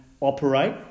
operate